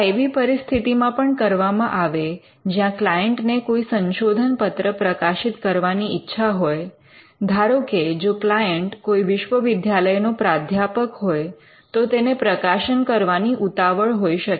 આ એવી પરિસ્થિતિમાં પણ કરવામાં આવે જ્યાં ક્લાયન્ટને કોઈ સંશોધનપત્ર પ્રકાશિત કરવાની ઈચ્છા હોય ધારો કે જો ક્લાયન્ટ કોઈ વિશ્વવિદ્યાલયનો પ્રાધ્યાપક હોય તો તેને પ્રકાશન કરવાની ઉતાવળ હોઈ શકે